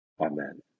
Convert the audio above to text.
amen